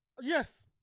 Yes